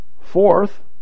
Fourth